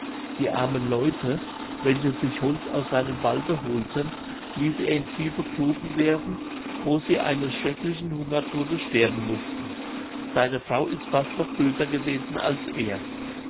die armen leute welche sich holz aus seinem walde holten ließ er in tiefe gruben werfen wo sie eines schrecklichen hungertodes sterben mußten seine frau ist fast noch böser gewesen als er